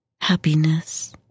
happiness